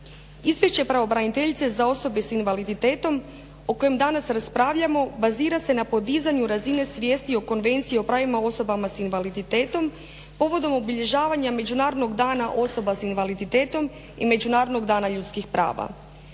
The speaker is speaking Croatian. Izvješće pravobraniteljice za osobe sa invaliditetom o kojem danas raspravljamo bazira se na podizanju razine svijesti o Konvenciji o pravima osoba sa invaliditetom povodom obilježavanja Međunarodnog dana osoba sa invaliditetom i Međunarodnog dana ljudskih prava.